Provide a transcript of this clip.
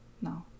No